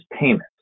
payments